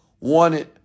Wanted